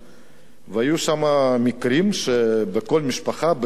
והיו שם מקרים שבכל משפחה, בזמן הצאר,